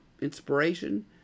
inspiration